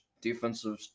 defensive